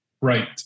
right